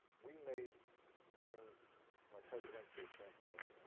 we made during my presidential campaign,